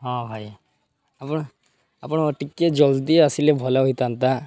ହଁ ଭାଇ ଆପଣ ଆପଣ ଟିକେ ଜଲ୍ଦି ଆସିଲେ ଭଲ ହୋଇଥାନ୍ତା